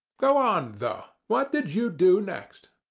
go on, though. what did you do next?